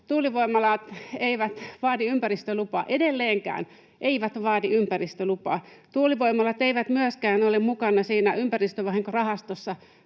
ympäristölupaa — edelleenkään eivät vaadi ympäristölupaa. Tuulivoimalat eivät myöskään ole mukana siinä ympäristövahinkorahastossa,